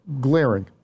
glaring